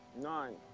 Nine